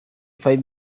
five